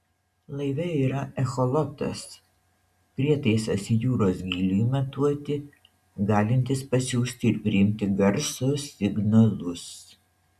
laive yra echolotas prietaisas jūros gyliui matuoti galintis pasiųsti ir priimti garso signalus